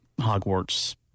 Hogwarts